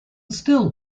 still